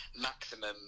maximum